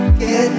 get